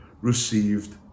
received